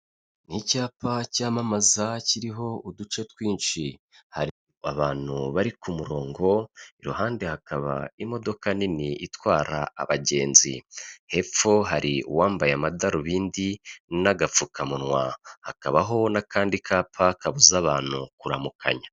Ni icyapa cyamamaza kiriho uduce twinshi, hari abantu bari ku murongo, iruhande hakaba imodoka nini itwara abagenzi, hepfo hari uwambaye amadarubindi n'agapfukamunwa, hakabaho n'akandi kapa kabuza abantu kuramukanya.